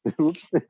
Oops